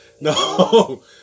No